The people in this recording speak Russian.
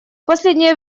последнее